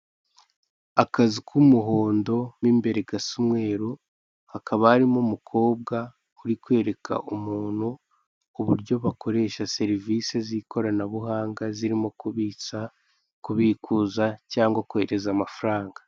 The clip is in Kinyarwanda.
Akazu k'umuhondo mw'imbere gasa umweru, hakaba harimo umukobwa uri kwereka umuntu uburyo bakoresha serivise z'ikoranabuhanga. Zirimo kubitsa, kubikuza cyangwa kohereza amafaranga.